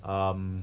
um